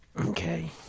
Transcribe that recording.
Okay